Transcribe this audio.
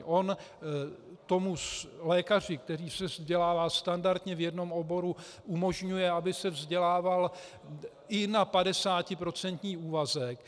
On tomu lékaři, který se vzdělává standardně v jednom oboru, umožňuje, aby se vzdělával i na padesátiprocentní úvazek.